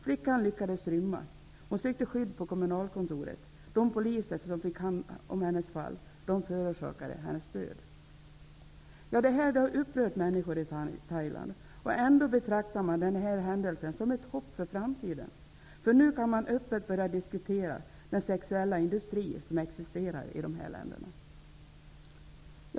Flickan lyckades rymma. Hon sökte skydd på kommunalkontoret. De poliser som fick hand om hennes fall förorsakade hennes död. Detta har upprört människorna i Thailand. Ändå betraktar man händelsen som ett hopp för framtiden. Nu kan man öppet diskutera den sexuella industri som existerar i dessa länder.